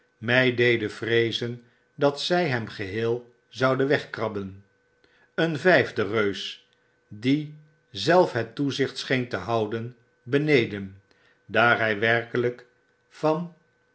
my deden vreezen dat zy hem geheel zouden wegkrabben een vijfde reus die zelf het toezicht scheen te houden beneden daar hy werkelyk van